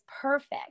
perfect